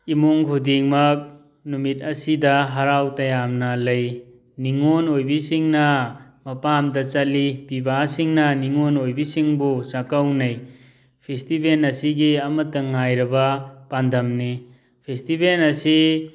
ꯏꯃꯨꯡ ꯈꯨꯗꯤꯡꯃꯛ ꯅꯨꯃꯤꯠ ꯑꯁꯤꯗ ꯍꯔꯥꯎ ꯇꯌꯥꯝꯅ ꯂꯩ ꯅꯤꯉꯣꯜ ꯑꯣꯏꯕꯤꯁꯤꯡꯅ ꯃꯄꯥꯝꯗ ꯆꯠꯂꯤ ꯄꯤꯕꯥꯁꯤꯡꯅ ꯅꯤꯉꯣꯜ ꯑꯣꯏꯕꯤꯁꯤꯡꯕꯨ ꯆꯥꯛꯀꯧꯅꯩ ꯐꯤꯁꯇꯤꯕꯦꯟ ꯑꯁꯤꯒꯤ ꯑꯃꯠꯇ ꯉꯥꯏꯔꯕ ꯄꯥꯟꯗꯝꯅꯤ ꯐꯦꯁꯇꯤꯕꯦꯟ ꯑꯁꯤ